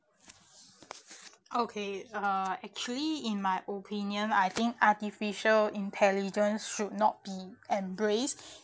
okay uh actually in my opinion I think artificial intelligence should not be embraced